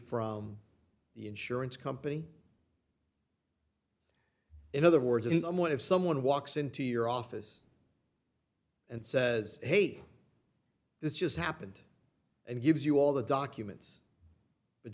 from the insurance company in other words if someone walks into your office and says hey this just happened and gives you all the documents but